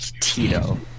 Tito